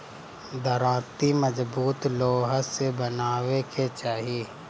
दराँती मजबूत लोहा से बनवावे के चाही